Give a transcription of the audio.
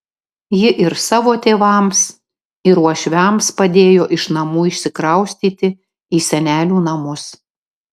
ji ir savo tėvams ir uošviams padėjo iš namų išsikraustyti į senelių namus